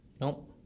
nope